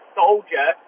soldier